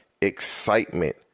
excitement